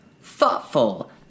Thoughtful